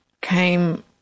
came